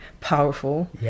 powerful